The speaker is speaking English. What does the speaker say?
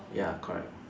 ya correct